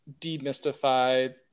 demystify